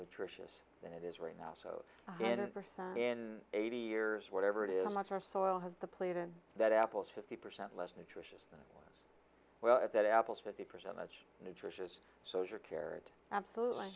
nutritious than it is right now so in eighty years whatever it is and that's our soil has the plate in that apples fifty percent less nutrition well that apples for the percentage nutritious soldier cared absolutely